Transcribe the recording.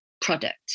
product